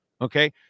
Okay